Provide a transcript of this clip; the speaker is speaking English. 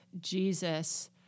Jesus